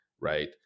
right